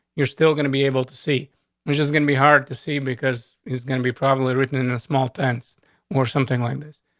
you're still gonna be able to see just gonna be hard to see, because is gonna be probably written in a small tent or something like this.